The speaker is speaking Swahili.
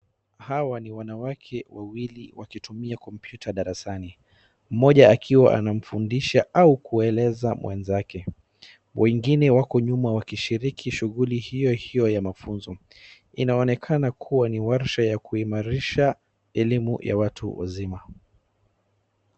Hawa ni wanawake wawili wakitumia kompyuta darasani. Mmoja akiwa anamfundisha au kueleza mwenzake. Wengine wako nyuma wakishiriki shughuli hiohio ya mafunzo. Inaonekana kuwa ni warsho ya kuimarisha elimu ya watu wazima.